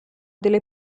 delle